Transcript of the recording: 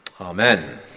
Amen